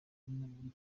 nina